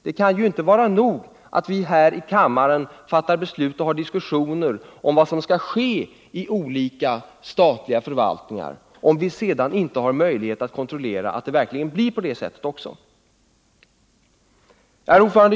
Det kan ju inte vara nog att vi här i kammaren diskuterar och beslutar vad som skall ske i olika statliga förvaltningar, om vi därefter inte har möjlighet att kontrollera att besluten verkligen följs upp. Herr talman!